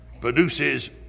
produces